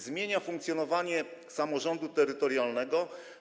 Zmienia funkcjonowanie samorządu terytorialnego.